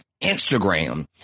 Instagram